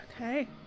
Okay